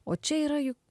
o čia yra juk